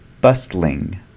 bustling